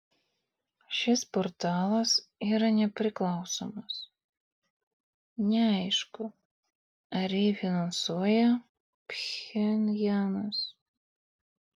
šis portalas yra nepriklausomas neaišku ar jį finansuoja pchenjanas